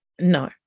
No